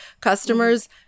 customers